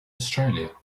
australia